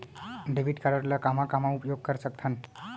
Debit card ला कामा कामा उपयोग कर सकथन?